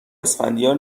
اسفندیار